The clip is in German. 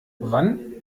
wann